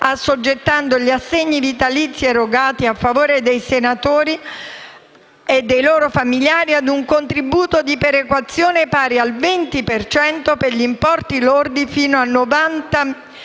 assoggettando gli assegni vitalizi erogati a favore dei senatori e dei loro familiari ad un contributo di perequazione pari al 20 per cento per importi lordi fino a 90.000